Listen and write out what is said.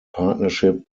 partnership